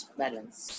balance